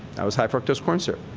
that was high fructose corn syrup.